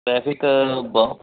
traffic ਬਹੁਤ